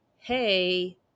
hey